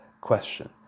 question